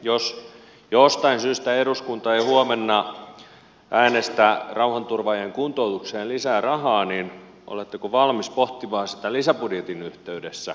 jos jostain syystä eduskunta ei huomenna äänestä rauhanturvaajien kuntoutukseen lisää rahaa niin oletteko valmis pohtimaan sitä lisäbudjetin yhteydessä